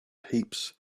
heaps